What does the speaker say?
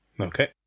Okay